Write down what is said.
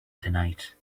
tonight